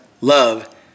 love